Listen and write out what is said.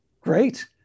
Great